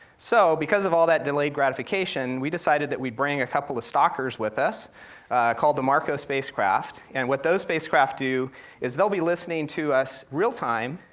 so, because of all that delayed gratification, we decided that we'd bring a couple of stalkers with us called the marco spacecraft, and what those spacecraft do is they'll be listening to us real time,